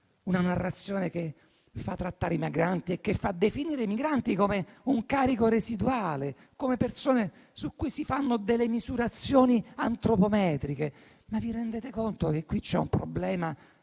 una narrazione che fa trattare i migranti e li fa definire come un carico residuale, come persone su cui si fanno delle misurazioni antropometriche. Ma vi rendete conto che qui c'è un problema